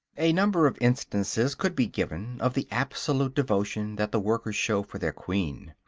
a number of instances could be given of the absolute devotion that the workers show for their queen.